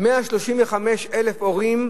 135,000 הורים,